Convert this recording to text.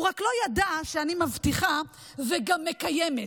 הוא רק לא ידע שאני מבטיחה וגם מקיימת.